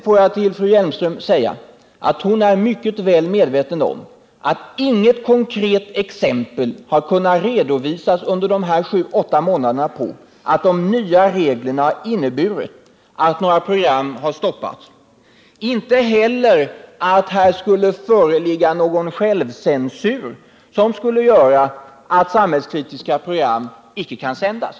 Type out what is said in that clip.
Får jag till fru Hjelmström säga att hon är mycket väl medveten om att det under de här sju eller åtta månaderna inte kunnat redovisas något exempel på att de nya reglerna inneburit att program har stoppats. Inte heller har det kunnat anföras exempel på att här skulle föreligga någon självcensur som skulle göra att samhällskritiska program icke kan sändas.